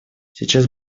сейчас